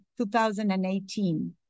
2018